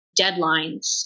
deadlines